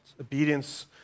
Obedience